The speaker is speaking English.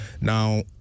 Now